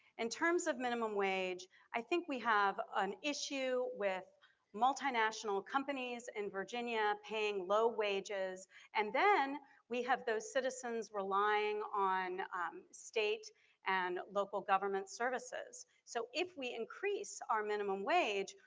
in terms of minimum wage i think we have an issue with multinational companies in virginia paying low wages and then we have those citizens relying on state and local government services. so if we increase our minimum wage,